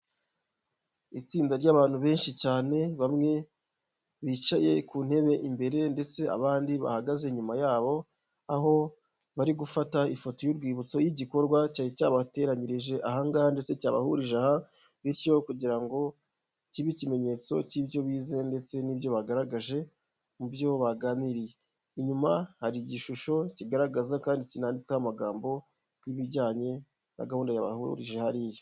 Itsinda ry'abantu benshi cyane; bamwe bicaye ku ntebe imbere ndetse abandi bahagaze nyuma yabo, aho bari gufata ifoto y'urwibutso y'igikorwa cyari cyabateranyirije aha ngaha ndetse cyabahurije aha. Bityo kugira ngo kibe ikimenyetso cy'ibyo bize ndetse n'ibyo bagaragaje mu byo baganiriye. Inyuma hari igishusho kigaragaza kandi kinanditseho amagambo y'ibijyanye na gahunda yabahurije hariya.